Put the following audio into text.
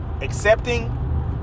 accepting